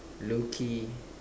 low-key